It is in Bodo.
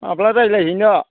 माब्ला रायज्लायहैनो